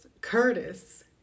Curtis